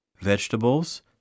vegetables